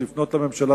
לפנות לממשלה,